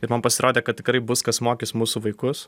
ir man pasirodė kad tikrai bus kas mokys mūsų vaikus